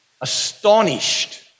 astonished